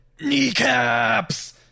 Kneecaps